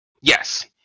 Yes